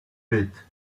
bit